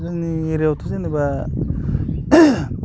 जोंनि एरियायावथ' जेनोबा